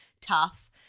tough